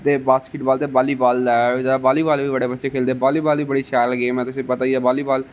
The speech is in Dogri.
ते बास्किटबाल ते बालीबाल बालीबाल बी बड़े बच्चे खेलदे बालीबाल बी बड़ी शैल गेम ऐ